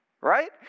Right